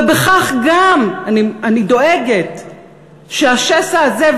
ובכך גם אני דואגת שהשסע הזה,